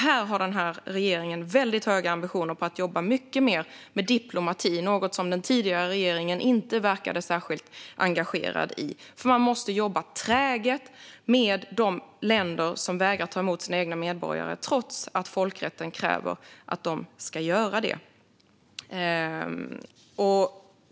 Här har regeringen väldigt höga ambitioner om att jobba mycket mer med diplomati. Det verkade den tidigare regeringen inte särskilt engagerad i. Man måste jobba träget med de länder som vägrar ta emot sina egna medborgare, trots att folkrätten kräver att de ska göra det.